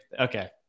Okay